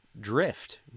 drift